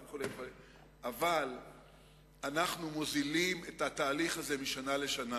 אבל אנחנו מוזילים את התהליך הזה משנה לשנה.